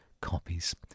copies